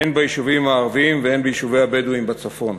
הן ביישובים הערביים והן ביישובי הבדואים בצפון.